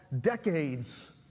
decades